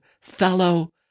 fellow